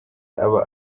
aba